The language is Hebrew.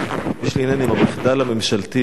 יש לי עניין עם המחדל הממשלתי הגורף.